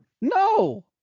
No